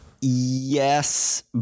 yes